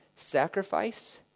sacrifice